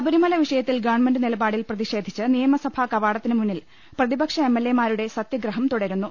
ശബരിമല വിഷയത്തിൽ ഗവൺമെന്റ് നിലപാടിൽ പ്രതിഷേധിച്ച് നിയമസഭാ കവാടത്തിന് മുന്നിൽ പ്രതിപക്ഷ എംഎൽഎ മാരുടെ സത്യഗ്രഹം തുടരുന്നു